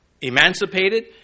emancipated